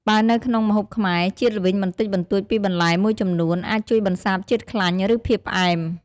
បើនៅក្នុងម្ហូបខ្មែរ ជាតិល្វីងបន្តិចបន្តួចពីបន្លែមួយចំនួន អាចជួយបន្សាបជាតិខ្លាញ់ ឬភាពផ្អែម។